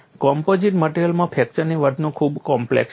composite મટેરીઅલમાં ફ્રેક્ચરની વર્તણૂક ખૂબ જ કોમ્પ્લેક્સ છે